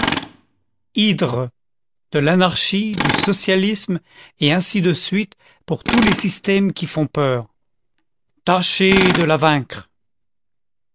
hydre de l'anarchie du socialisme et ainsi de suite pour tous les systèmes qui font peur tâcher de la vaincre